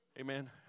Amen